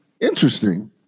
interesting